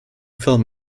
film